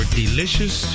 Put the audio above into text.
delicious